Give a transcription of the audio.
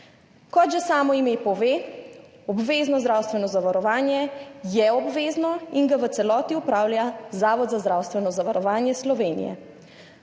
Kot že samo ime pove, obvezno zdravstveno zavarovanje je obvezno in ga v celoti opravlja Zavod za zdravstveno zavarovanje Slovenije.